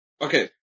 Okay